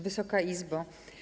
Wysoka Izbo!